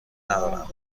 ندارم